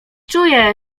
czuję